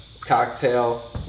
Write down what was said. cocktail